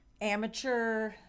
amateur